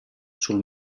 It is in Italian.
sul